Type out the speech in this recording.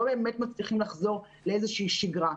לא באמת מצליחים לחזור לאיזו שגרה.